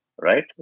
right